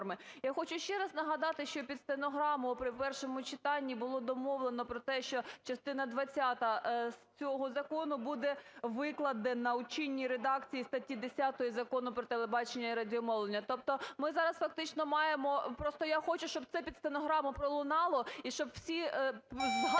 Я хочу ще раз нагадати, що під стенограму при першому читанні було домовлено про те, що частина двадцята з цього закону буде викладена у чинній редакції статті 10 Закону "Про телебачення і радіомовлення", тобто ми зараз фактично маємо... Просто я хочу, щоб це під стенограму пролунало і щоб всі згадали